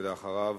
ואחריו,